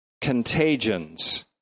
contagions